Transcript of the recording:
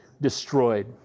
destroyed